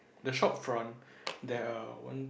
the shop front there are one